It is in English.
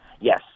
Yes